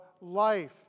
life